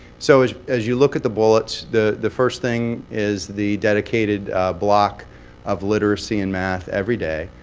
so as as you look at the bullets, the the first thing is the dedicated block of literacy and math everyday.